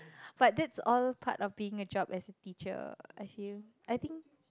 but that's all part of being a job as a teacher I feel I think